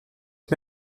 ich